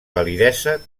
validesa